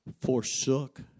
forsook